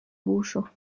buŝo